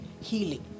healing